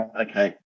Okay